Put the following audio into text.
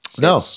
No